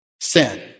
sin